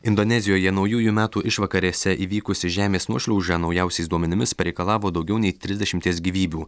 indonezijoje naujųjų metų išvakarėse įvykusi žemės nuošliauža naujausiais duomenimis pareikalavo daugiau nei trisdešimties gyvybių